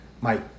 Mike